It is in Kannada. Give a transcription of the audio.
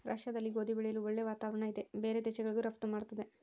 ರಷ್ಯಾದಲ್ಲಿ ಗೋಧಿ ಬೆಳೆಯಲು ಒಳ್ಳೆ ವಾತಾವರಣ ಇದೆ ಬೇರೆ ದೇಶಗಳಿಗೂ ರಫ್ತು ಮಾಡ್ತದೆ